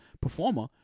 performer